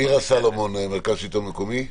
מירה סלומון, מרכז שלטון מקומי.